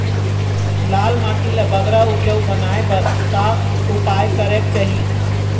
लाल माटी ला बगरा उपजाऊ बनाए बर का उपाय करेक चाही?